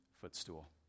footstool